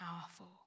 powerful